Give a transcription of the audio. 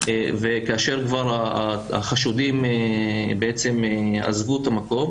וכאשר כבר החשודים בעצם עזבו את המקום.